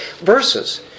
verses